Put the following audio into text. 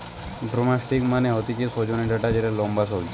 drumstick মানে হতিছে সজনে ডাটা যেটা লম্বা সবজি